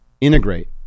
integrate